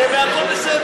בוא, אתה ואני,